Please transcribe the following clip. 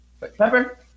Pepper